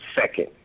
second